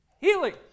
Healing